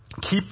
keep